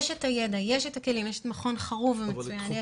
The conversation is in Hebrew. יש הידע, יש הכלים, יש מכון חרוב המצוין.